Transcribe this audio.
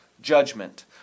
judgment